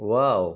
wow